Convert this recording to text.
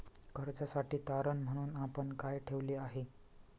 कर्जासाठी तारण म्हणून आपण काय ठेवले आहे?